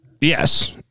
Yes